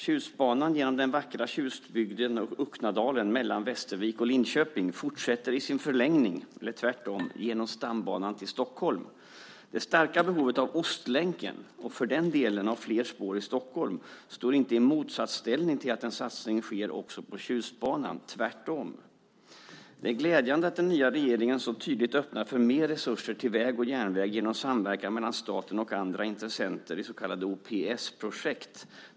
Tjustbanan genom den vackra Tjustbygden och Uknadalen mellan Västervik och Linköping fortsätter i sin förlängning, eller tvärtom, genom stambanan till Stockholm. Det starka behovet av Ostlänken, och för den delen av fler spår i Stockholm, står inte i motsatsställning till att en satsning sker också på Tjustbanan, tvärtom. Det är glädjande att den nya regeringen så tydligt öppnar för mer resurser till väg och järnväg genom samverkan mellan staten och andra intressenter i så kallade OPS-projekt.